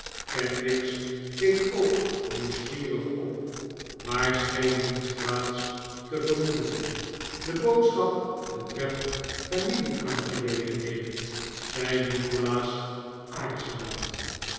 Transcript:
kenwigs keek ook nieuwsgierig op maar scheen niets kwaads te vermoeden de boodschap betreft familieaangelegenheden zei nikolaas aarzelend